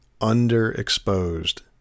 underexposed